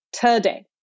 today